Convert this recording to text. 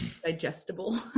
digestible